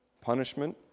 punishment